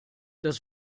das